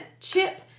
Chip